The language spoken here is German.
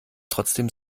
trotzdem